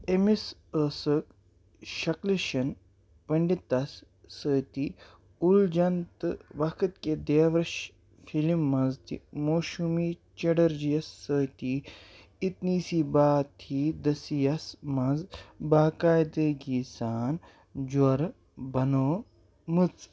أمِس ٲسٕکھ شکلِشن پٔنٛڈِتس سۭتی اُلجن تہٕ وقت کہِ دیوؤرش فِلم منٛز تہِ موشوٗمی چٹرجی یَس سۭتی اِتنی سی بات تھی دٔسی یَس منٛز باقدٕگی سان جورٕ بنومٕژ